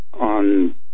on